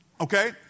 Okay